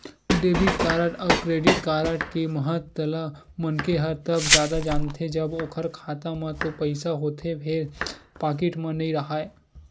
debit card अउ credit card के महत्ता ल मनखे ह तब जादा जानथे जब ओखर खाता म तो पइसा होथे फेर पाकिट म नइ राहय